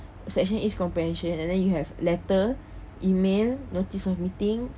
section each comprehension and then you have letter email notice of meeting